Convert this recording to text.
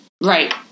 right